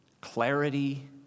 clarity